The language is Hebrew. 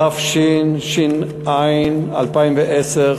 התש"ע 2010,